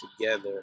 together